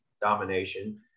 domination